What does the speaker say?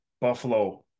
Buffalo